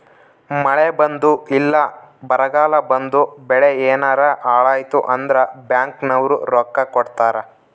ಮಳೆ ಬಂದು ಇಲ್ಲ ಬರಗಾಲ ಬಂದು ಬೆಳೆ ಯೆನಾರ ಹಾಳಾಯ್ತು ಅಂದ್ರ ಬ್ಯಾಂಕ್ ನವ್ರು ರೊಕ್ಕ ಕೊಡ್ತಾರ